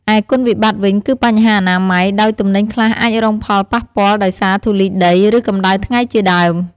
ឯគុណវិបត្តិវិញ គឺបញ្ហាអនាម័យ ដោយទំនិញខ្លះអាចរងផលប៉ះពាល់ដោយសារធូលីដី ឬកម្តៅថ្ងៃជាដើម។